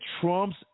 trumps